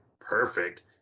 perfect